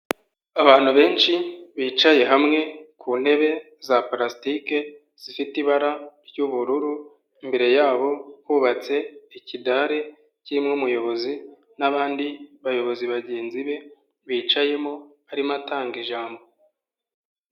Abantu benshi bicaye hamwe ku ntebe za palastike zifite ibara ry'ubururu, imbere yabo hubatse ikidare kirimo umuyobozi n'abandi bayobozi bagenzi be bicayemo arimo atanga ijambo.